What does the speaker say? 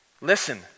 Listen